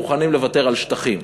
מוכנים לוותר על שטחים,